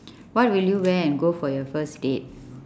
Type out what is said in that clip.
what will you wear and go for your first date